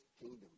kingdom